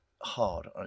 hard